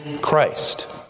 Christ